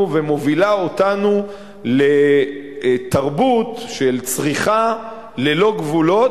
ומובילה אותנו לתרבות של צריכה ללא גבולות,